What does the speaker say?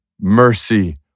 mercy